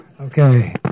Okay